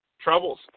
troubles